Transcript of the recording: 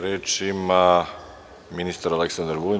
Reč ima ministar Aleksandar Vulin.